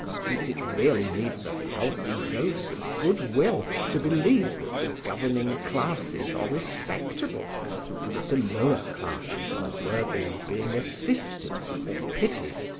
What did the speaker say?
since it really needs a healthy dose of good will to believe that the governing classes are respectable and that the lower classes are worthy of being assisted or pitied,